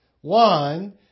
One